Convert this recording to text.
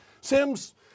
Sims